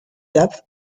depth